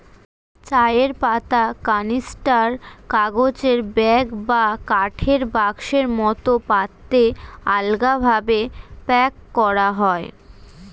চায়ের পাতা ক্যানিস্টার, কাগজের ব্যাগ বা কাঠের বাক্সের মতো পাত্রে আলগাভাবে প্যাক করা হয়